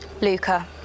Luca